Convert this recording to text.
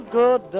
good